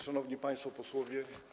Szanowni Państwo Posłowie!